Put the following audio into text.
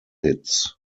hits